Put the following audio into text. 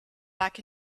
back